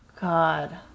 God